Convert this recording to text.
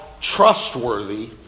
trustworthy